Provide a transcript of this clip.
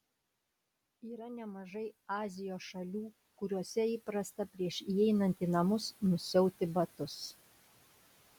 yra nemažai azijos šalių kuriose įprasta prieš įeinant į namus nusiauti batus